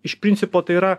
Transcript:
iš principo tai yra